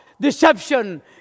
Deception